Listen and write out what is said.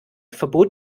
verbot